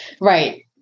Right